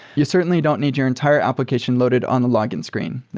you certainly don't need your entire application loaded on the login screen.